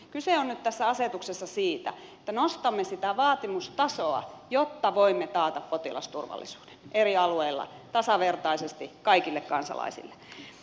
kyse on nyt tässä asetuksessa siitä että nostamme sitä vaatimustasoa jotta voimme taata potilasturvallisuuden eri alueilla tasavertaisesti kaikille kansalaisille